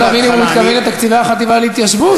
אני רוצה להבין אם הוא מתכוון לתקציבי החטיבה להתיישבות,